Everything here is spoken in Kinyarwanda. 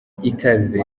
ikaze